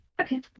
Okay